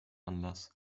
anlass